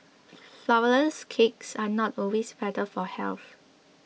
Flourless Cakes are not always better for health